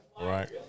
Right